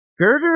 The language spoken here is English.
Gerder